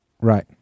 Right